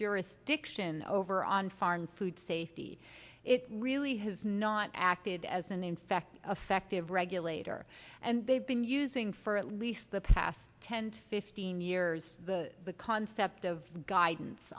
jurisdiction over on farm food safety it really has not acted as an infected effective regulator and they've been using for at least the past ten fifteen years the concept of guidance